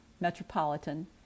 metropolitan